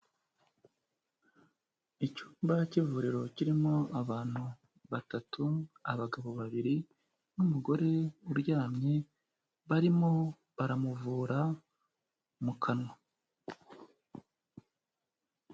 Icyumba cy'ivuriro kirimo abantu batatu, abagabo babiri n'umugore uryamye, barimo baramuvura mu kanwa.